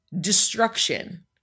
destruction